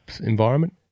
environment